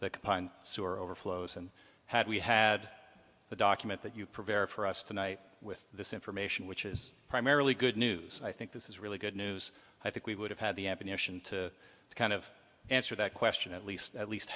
combined sewer overflows and had we had a document that you prepare for us tonight with this information which is primarily good news and i think this is really good news i think we would have had to kind of answer that question at least at least